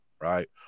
right